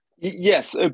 Yes